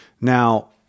Now